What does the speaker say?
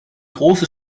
große